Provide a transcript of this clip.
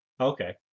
Okay